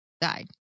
died